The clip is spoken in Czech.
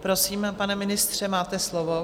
Prosím, pane ministře, máte slovo.